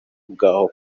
bw’aho